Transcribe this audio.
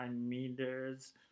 meters